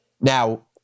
Now